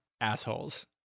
assholes